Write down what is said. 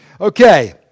Okay